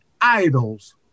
idols